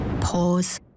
Pause